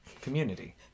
Community